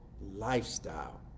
lifestyle